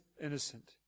innocent